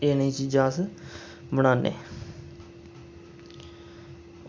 एह् जेही चीज़ां अस बनान्ने